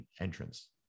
entrance